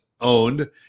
owned